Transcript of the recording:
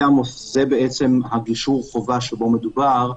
זה בעצם גישור החובה שבו מדובר.